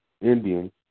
Indian